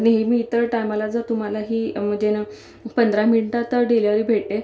नेहमी इतर टायमाला जर तुम्हाला ही म्हणजे न पंधरा मिनटात डिलेवरी भेटे